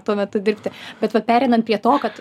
tuo metu dirbti bet vat pereinant prie to kad